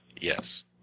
Yes